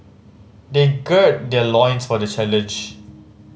they gird their loins for the challenge